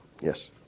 Yes